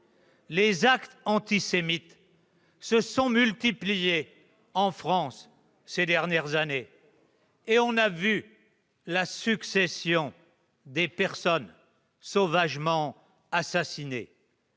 Les actes antisémites se sont multipliés en France ces dernières années et l'on déplore une succession de personnes sauvagement assassinées.